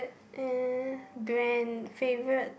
eh brand favourite